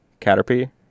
Caterpie